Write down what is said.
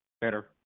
better